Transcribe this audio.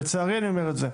לצערי אני אומר את זה.